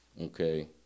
Okay